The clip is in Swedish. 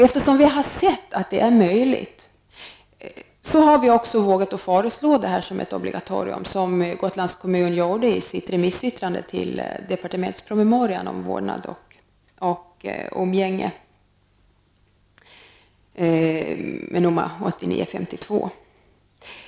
Eftersom vi har sett att detta är möjligt, har vi också vågat föreslå detta som ett obligatorium. Det var ju vad Gotlands kommun framhöll i sitt remissyttrande till departementspromemorian om vårdnad och umgänge, nr 1989:52.